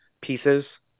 pieces